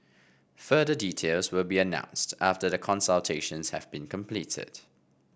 further details will be announced after the consultations have been completed